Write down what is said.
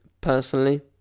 personally